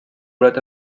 bread